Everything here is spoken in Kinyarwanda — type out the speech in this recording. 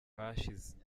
hashize